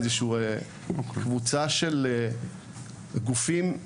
קבוצה של גופים: